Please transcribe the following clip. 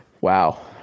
Wow